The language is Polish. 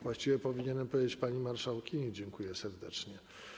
Właściwie powinienem powiedzieć: pani marszałkini, dziękuję serdecznie.